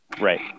Right